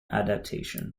adaptation